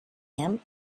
him